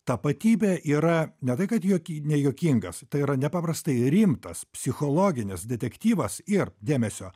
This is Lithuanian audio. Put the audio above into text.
tapatybė yra ne tai kad juoki nejuokingas tai yra nepaprastai rimtas psichologinis detektyvas ir dėmesio